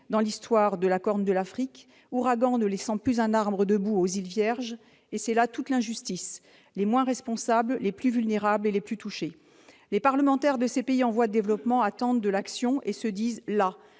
dans l'histoire de la Corne de l'Afrique, ouragans ne laissant plus un arbre debout aux Îles Vierges ... C'est là toute l'injustice de la situation : les moins responsables sont les plus vulnérables et les plus touchés. Les parlementaires de ces pays en voie de développement attendent des actions et se disent las